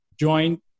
join